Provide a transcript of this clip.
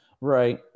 Right